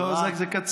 לא, זה קצין.